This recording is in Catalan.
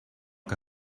que